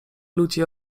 ludzi